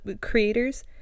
creators